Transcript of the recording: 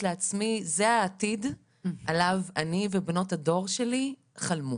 לעצמי "זה העתיד עליו אני ובנות הדור שלי חלמנו"